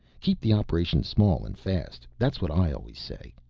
keep the operation small and fast, that's what i always say.